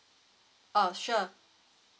oh sure